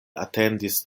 atendis